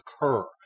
occur